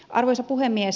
arvoisa puhemies